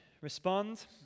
respond